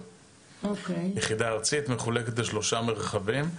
היחידה הארצית מחולקת לשלושה מרחבים,